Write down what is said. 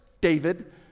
David